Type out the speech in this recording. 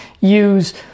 use